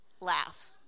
laugh